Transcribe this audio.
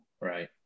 Right